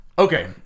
Okay